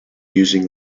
using